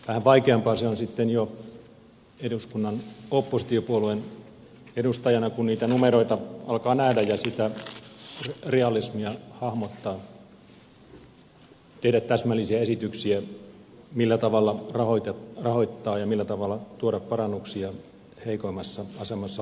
vähän vaikeampaa se on sitten jo eduskunnan oppositiopuolueen edustajana kun niitä numeroita alkaa nähdä ja sitä realismia hahmottaa tehdä täsmällisiä esityksiä siitä millä tavalla rahoittaa ja millä tavalla tuoda parannuksia heikoimmassa asemassa olevien tilanteeseen